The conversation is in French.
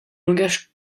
langage